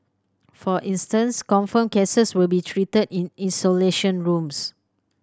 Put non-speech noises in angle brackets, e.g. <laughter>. for instance confirmed cases will be treated in <unintelligible> rooms